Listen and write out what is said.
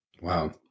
Wow